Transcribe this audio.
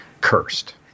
cursed